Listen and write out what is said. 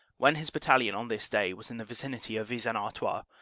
when his battalion on this day was in the vicinity of vis-en-artois,